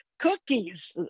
Cookies